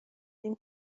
این